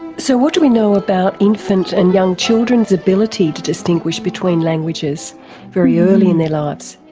so what do we know about infants' and young children's ability to distinguish between languages very early in their lives?